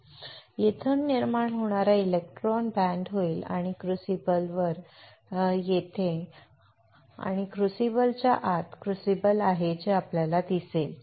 तर येथून निर्माण होणारा इलेक्ट्रॉन बँड होईल आणि क्रुसिबलवर येथे आणि क्रुसिबलच्या आत क्रुसिबल आहे हे आपल्याला दिसेल